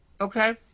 Okay